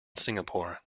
singapore